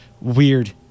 weird